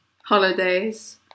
holidays